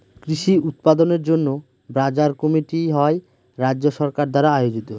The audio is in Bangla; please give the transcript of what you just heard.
কৃষি উৎপাদনের জন্য বাজার কমিটি হয় রাজ্য সরকার দ্বারা আয়োজিত